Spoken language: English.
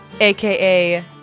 aka